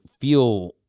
feel